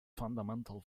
fundamental